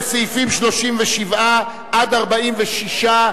לסעיפים 37 46,